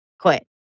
quit